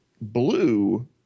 Blue